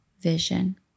vision